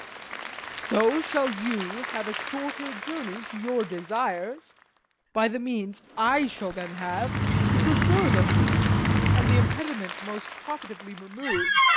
so shall you have a shorter journey to your desires by the means i shall then have to prefer them and the impediment most profitably removed,